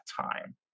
time